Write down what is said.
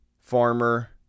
farmer